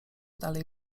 dalej